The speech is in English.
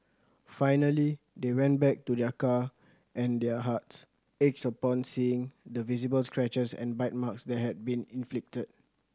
finally they went back to their car and their hearts ached upon seeing the visible scratches and bite marks that had been inflicted